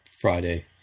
Friday